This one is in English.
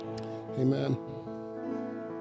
amen